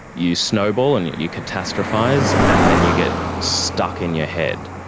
you snowball and you you catastrophise, and then you get stuck in your head.